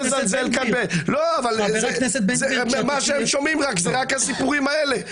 מה שאתם שומעים, אלה רק הסיפורים האלה.